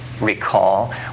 recall